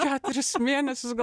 keturis mėnesius gal